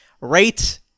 rate